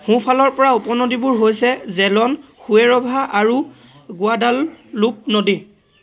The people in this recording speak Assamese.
সোঁফালৰপৰা উপনদীবোৰ হৈছে জেলন হুয়েৰভা আৰু গুৱাডালুপ নদী